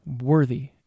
worthy